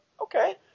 okay